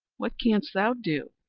what canst thou do?